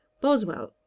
Boswell